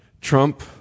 Trump